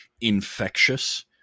infectious